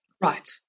Right